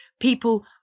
people